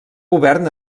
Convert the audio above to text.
govern